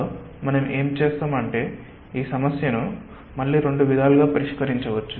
so మనం ఏమి చేస్తాం అంటే ఈ సమస్యను మళ్ళీ రెండు విధాలుగా పరిష్కరించవచ్చు